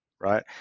Right